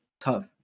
tough